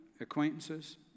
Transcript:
acquaintances